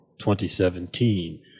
2017